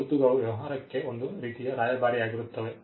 ಗುರುತುಗಳು ವ್ಯವಹಾರಕ್ಕೆ ಒಂದು ರೀತಿಯ ರಾಯಭಾರಿಯಾಗುತ್ತವೆ